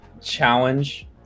challenge